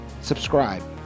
subscribe